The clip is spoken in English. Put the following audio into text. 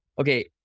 okay